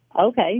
okay